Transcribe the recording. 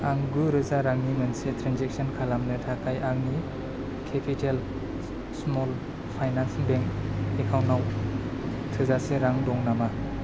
आं गुरोजा रांनि मोनसे ट्रेनजेक्सन खालामनो थाखाय आंनि केपिटेल स्मल फाइनान्स बेंक एकाउन्टाव थोजासे रां दं नामा